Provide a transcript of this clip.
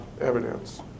evidence